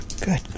good